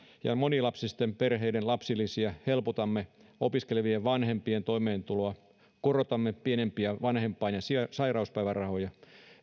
ja monilapsisten perheiden lapsilisiä helpotamme opiskelevien vanhempien toimeentuloa korotamme pienimpiä vanhempain ja sairauspäivärahoja